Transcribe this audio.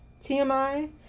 tmi